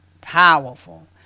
powerful